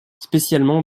spécialement